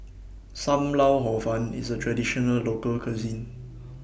SAM Lau Hor Fun IS A Traditional Local Cuisine